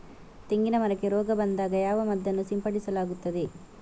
ತೆಂಗಿನ ಮರಕ್ಕೆ ರೋಗ ಬಂದಾಗ ಯಾವ ಮದ್ದನ್ನು ಸಿಂಪಡಿಸಲಾಗುತ್ತದೆ?